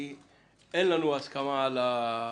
כי אין לנו הסכמה על האורך.